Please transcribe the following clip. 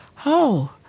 oh,